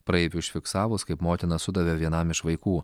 praeiviui užfiksavus kaip motina sudavė vienam iš vaikų